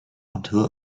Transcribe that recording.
until